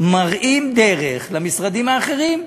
מראים דרך למשרדים האחרים: